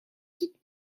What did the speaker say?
quitte